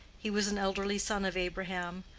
he was an elderly son of abraham,